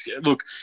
look